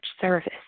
service